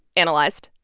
analyzed.